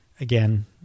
Again